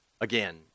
again